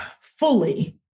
fully